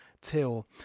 till